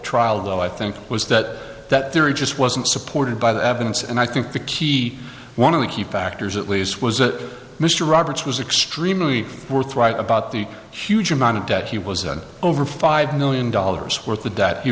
trial though i think it was that that theory just wasn't supported by the evidence and i think the key one of the key factors at least was that mr roberts was extremely worth right about the huge amount of debt he was over five million dollars worth